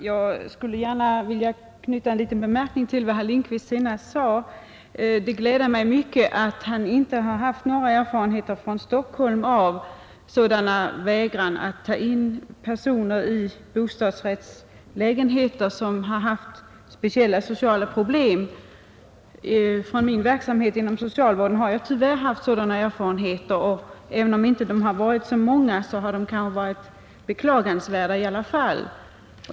Jag skulle gärna med en liten anmärkning vilja knyta an till vad herr Lindkvist senast sade. Det gläder mig mycket att han inte har haft några erfarenheter från Stockholm av sådan vägran att ta in personer, som har haft speciella sociala problem, i bostadsrättslägenheter. Från min verksamhet inom socialvården har jag tyvärr haft sådana erfarenheter, och även om dessa fall inte var särskilt många, har de varit beklagansvärda i alla fall.